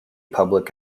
public